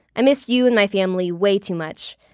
i missed you and my family way too much.